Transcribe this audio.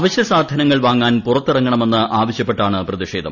അവശ്യ സാധനങ്ങൾ വാങ്ങാൻ പുറത്തിറങ്ങണമെന്ന് ആവശ്യപ്പെട്ടാണ് പ്രതിഷേധം